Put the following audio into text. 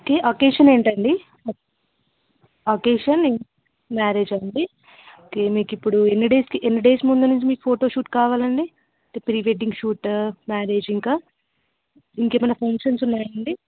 okay occasion ఏంటండి occasion marriage అండి okay మీకు ఇప్పుడు ఎన్ని డేస్కి ఎన్ని డేస్ ముందు నుంచి మీకు ఫోటోషూట్ కావాలండి ప్రీ వెడ్డింగ్ షూట్ మ్యారేజ్ ఇంకా ఇంకా ఏమన్నా ఫంక్షన్స్ ఉన్నాయా అండి